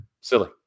Silly